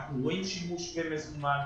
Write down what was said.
אנחנו רואים שימוש במזומן.